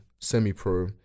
semi-pro